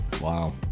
Wow